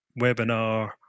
webinar